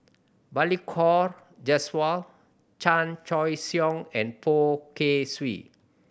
Balli Kaur Jaswal Chan Choy Siong and Poh Kay Swee